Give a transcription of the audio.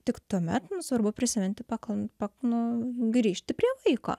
tik tuomet mums svarbu prisiminti pakan pak nu grįžti prie vaiko